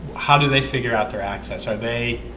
how do they figure out their access are they?